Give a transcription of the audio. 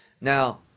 now